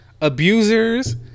abusers